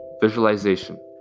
visualization